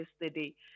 yesterday